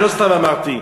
לא סתם אמרתי.